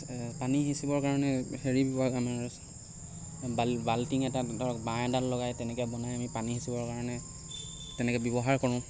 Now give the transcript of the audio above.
পানী সিঁচিবৰ কাৰণে হেৰি ব্যৱহাৰ কৰোঁ আমাৰ বাল্টিং এটা ধৰক বাঁহ এডাল লগাই তেনেকৈ বনাই আমি পানী সিঁচিবৰ কাৰণে তেনেকৈ ব্যৱহাৰ কৰোঁ